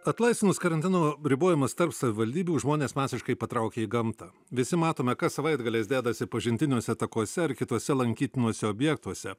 atlaisvinus karantino ribojimus tarp savivaldybių žmonės masiškai patraukė į gamtą visi matome kas savaitgaliais dedasi pažintiniuose takuose ar kituose lankytinuose objektuose